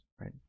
right